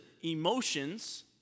emotions